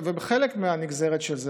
וחלק מהנגזרת של זה,